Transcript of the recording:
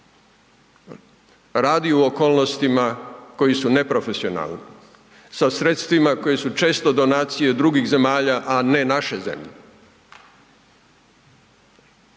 Radi u okolnostima koji su neprofesionalni, sa sredstvima koje su često donacije drugih zemalja, a ne naše zemlje.